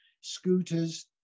scooters